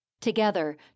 Together